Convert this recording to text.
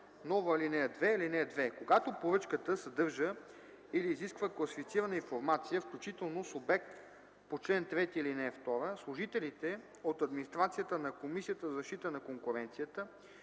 нова ал. 2: „(2) Когато поръчката съдържа или изисква класифицирана информация, включително с обект по чл. 3, ал. 2, служителите от администрацията на Комисията за защита на конкуренцията,